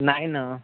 नाही ना